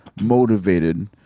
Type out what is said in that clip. motivated